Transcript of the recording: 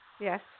Yes